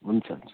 हुन्छ हुन्छ